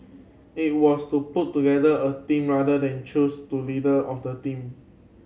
it was to put together a team rather than choose the leader of the team